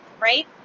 right